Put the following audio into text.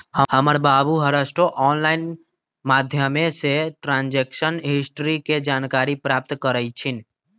हमर बाबू हरसठ्ठो ऑनलाइन माध्यमें से ट्रांजैक्शन हिस्ट्री के जानकारी प्राप्त करइ छिन्ह